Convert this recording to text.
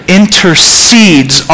intercedes